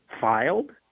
filed